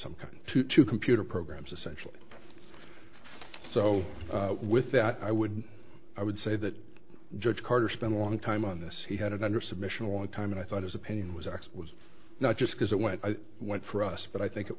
some kind to computer programs essentially so with that i would i would say that judge carter spent a long time on this he had it under submission a long time and i thought his opinion was axed was not just because it went i went for us but i think it